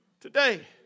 today